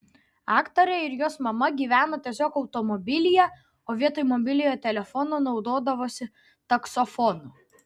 aktorė ir jos mama gyveno tiesiog automobilyje o vietoj mobiliojo telefono naudodavosi taksofonu